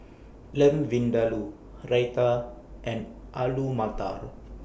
Lamb Vindaloo Raita and Alu Matar